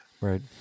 right